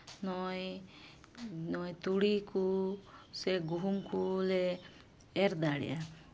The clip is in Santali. ᱱᱚᱜᱼᱚᱸᱭ ᱱᱚᱜᱼᱚᱸᱭ ᱛᱩᱲᱤ ᱠᱚ ᱥᱮ ᱜᱩᱦᱩᱢ ᱠᱚᱞᱮ ᱮᱨ ᱫᱟᱲᱮᱭᱟᱜᱼᱟ